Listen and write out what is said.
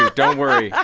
ah don't worry.